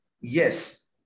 yes